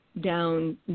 down